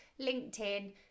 LinkedIn